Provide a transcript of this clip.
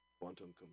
quantum